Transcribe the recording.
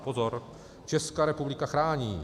Pozor, Česká republika chrání.